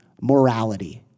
morality